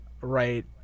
right